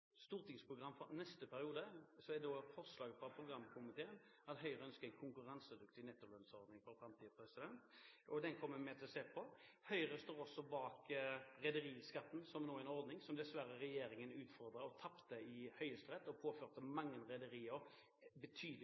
stortingsprogram for neste periode er forslaget fra programkomiteen at Høyre ønsker en konkurransedyktig nettolønnsordning for framtiden. Den kommer vi til å se på. Høyre står også bak rederiskatten, som er en ordning som regjeringen dessverre utfordret og tapte i Høyesterett. Det påførte mange rederier